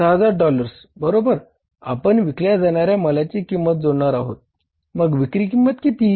6000 dollars बरोबर आपण विकल्या जाणार्या मालाची किंमत जोडणार आहोत मग विक्री किंमत किती